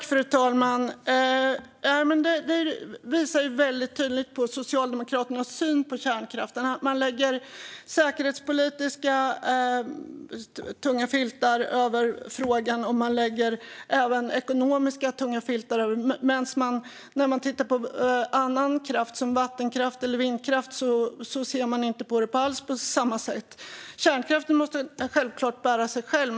Fru talman! Detta visar väldigt tydligt Socialdemokraternas syn på kärnkraften. Man lägger säkerhetspolitiska tunga filtar över frågan, och man lägger även ekonomiska tunga filtar över den. När man tittar på annan kraft som vattenkraft eller vindkraft ser man det inte alls på samma sätt. Kärnkraften måste självklart bära sig själv.